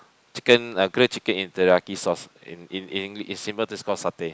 chicken like grilled chicken in teriyaki sauce in in in in simple is call satay